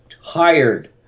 hired